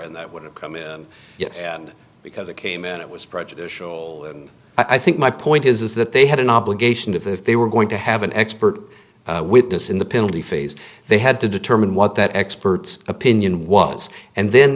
and that would have come in and because it came in it was prejudicial and i think my point is that they had an obligation to the if they were going to have an expert witness in the penalty phase they had to determine what that expert's opinion was and then